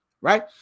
Right